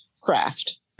craft